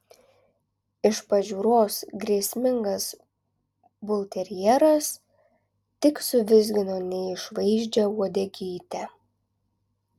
iš pažiūros grėsmingas bulterjeras tik suvizgino neišvaizdžią uodegytę